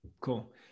Cool